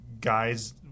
guys